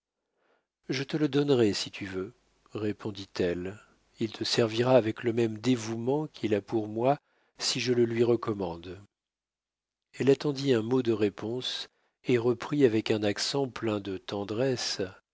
je te le donnerai si tu veux répondit-elle il te servira avec le même dévouement qu'il a pour moi si je le lui recommande elle attendit un mot de réponse et reprit avec un accent plein de tendresse